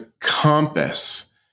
compass